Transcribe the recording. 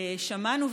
שמענו,